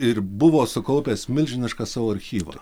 ir buvo sukaupęs milžinišką savo archyvą